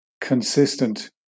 consistent